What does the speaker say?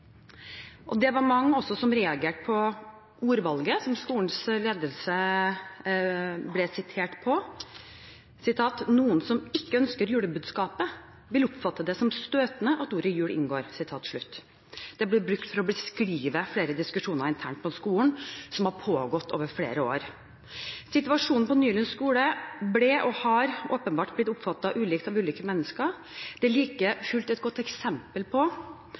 Det var mange som reagerte på ordvalget fra skolens ledelse: «Noen som ikke ønsker julebudskapet ville oppfatte det som støtende at ordet jul inngår.» Det ble brukt for å beskrive flere diskusjoner internt på skolen, som har pågått over flere år. Situasjonen på Nylund skole ble og har åpenbart blitt oppfattet ulikt av ulike mennesker. Det er like fullt et godt eksempel på